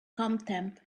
contempt